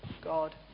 God